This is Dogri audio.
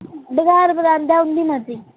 बगैर गलांदै उं'दी मर्जी